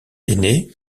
aîné